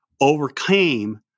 overcame